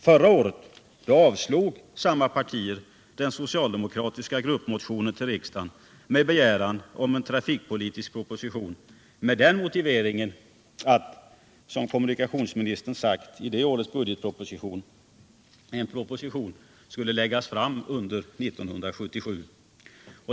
Förra året avslog samma partier den socialdemokratiska gruppmotionen till riksdagen med begäran om en trafikpolitisk proposition, med den motiveringen att, som kommunikationsministern sagt i det årets budgetproposition, en proposition skulle läggas fram under 1977.